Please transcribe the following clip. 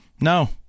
no